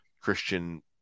Christian